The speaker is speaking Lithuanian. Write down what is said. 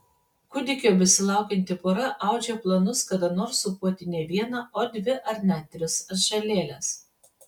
kūdikio besilaukianti pora audžia planus kada nors sūpuoti ne vieną o dvi ar net tris atžalėles